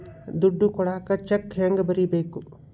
ದುಡ್ಡು ಕೊಡಾಕ ಚೆಕ್ ಹೆಂಗ ಬರೇಬೇಕು?